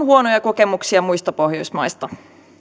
huonoja kokemuksia muista pohjoismaista